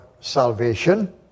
salvation